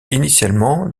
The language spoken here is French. initialement